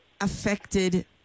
affected